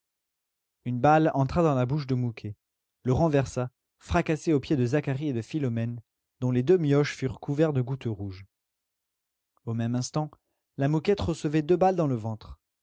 une balle entra dans la bouche de mouquet le renversa fracassé aux pieds de zacharie et de philomène dont les deux mioches furent couverts de gouttes rouges au même instant la mouquette recevait deux balles dans le ventre